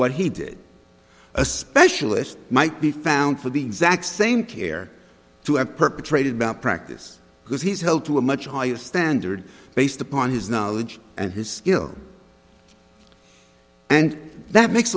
what he did a specialist might be found for the exact same care to have perpetrated by practice because he's held to a much higher standard based upon his knowledge and his skill and that makes